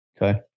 Okay